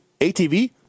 ATV